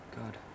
god